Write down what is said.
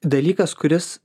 dalykas kuris